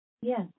Yes